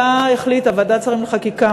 ועדת שרים לחקיקה,